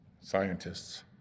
Scientists